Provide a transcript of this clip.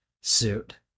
suit